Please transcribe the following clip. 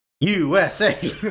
USA